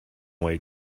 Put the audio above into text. white